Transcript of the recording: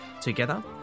Together